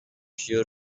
sure